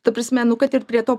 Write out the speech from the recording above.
ta prasme nu kad ir prie to